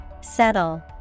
Settle